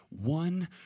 one